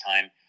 time